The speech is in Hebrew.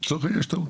לצורך העניין יש טעות,